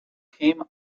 came